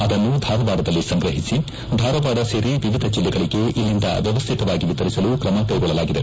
ಆದನ್ನು ಧಾರವಾಡದಲ್ಲಿ ಸಂಗ್ರಹಿಸಿ ಧಾರವಾಡ ಸೇರಿ ವಿವಿಧ ಜಿಲ್ಲೆಗಳಿಗೆ ಇಲ್ಲಿಂದ ವ್ಯವಸ್ಥಿತವಾಗಿ ವಿತರಿಸಲು ಕ್ರಮಕ್ಟೆಗೊಳ್ಳಲಾಗಿದೆ